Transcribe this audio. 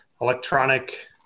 electronic